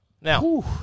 Now